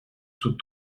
sous